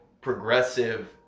progressive